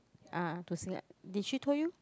ah to Singa~ did she told you